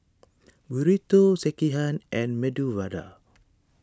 Burrito Sekihan and Medu Vada